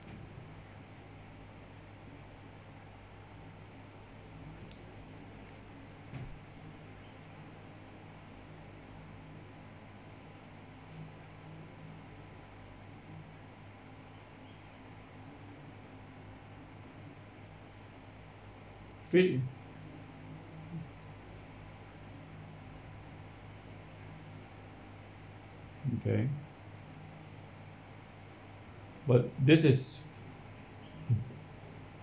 feed okay but this is